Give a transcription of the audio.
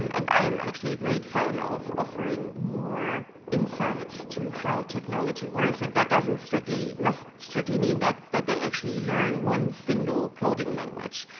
um and i'm actually a great fan of offering more insights into how technology works and that doesn't strictly, must strictly mean that that they actually learn one single coding language,